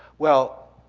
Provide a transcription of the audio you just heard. well,